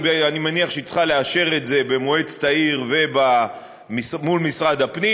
אני מניח שהיא צריכה לאשר את זה במועצת העיר ומול משרד הפנים.